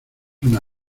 una